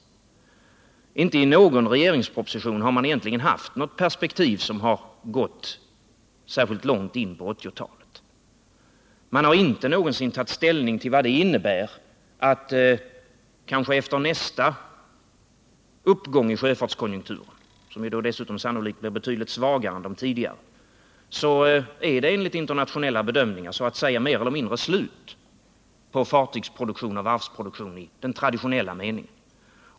Inte i någon regeringsproposition har man egentligen haft något perspektiv som gått särskilt långt in på 1980 talet. Man har inte någonsin tagit ställning till vad det innebär att det efter nästa uppgång i sjöfartskonjunkturen — som dessutom sannolikt blir betydligt svagare än de tidigare — enligt internationella bedömningar är mer eller mindre slut med fartygsoch varsproduktion i traditionell mening.